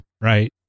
right